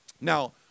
Now